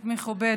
כנסת מכובדת,